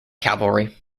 cavalry